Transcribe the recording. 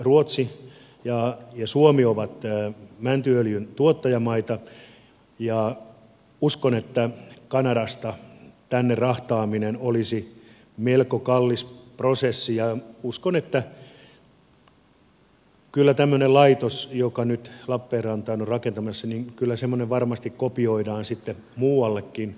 ruotsi ja suomi ovat mäntyöljyn tuottajamaita ja uskon että kanadasta tänne rahtaaminen olisi melko kallis prosessi ja uskon että kyllä tämmöinen laitos joka nyt lappeenrantaan on rakentumassa varmasti kopioidaan sitten muuallekin